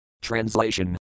Translation